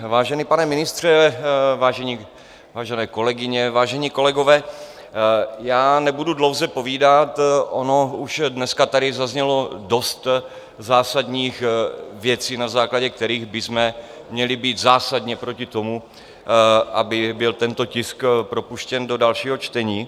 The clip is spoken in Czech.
Vážený pane ministře, vážené kolegyně, vážení kolegové, já nebudu dlouze povídat, ono už dneska tady zaznělo dost zásadních věcí, na základě kterých bychom měli být zásadně proti tomu, aby byl tento tisk propuštěn do dalšího čtení.